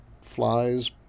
flies